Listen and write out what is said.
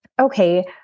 okay